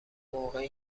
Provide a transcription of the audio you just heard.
موقعی